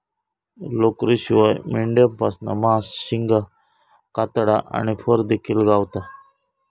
लोकरीशिवाय मेंढ्यांपासना मांस, शिंगा, कातडा आणि फर देखिल गावता